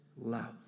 love